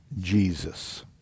Jesus